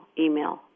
email